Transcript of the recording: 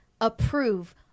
approve